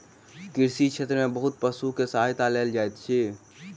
कृषि क्षेत्र में बहुत पशु के सहायता लेल जाइत अछि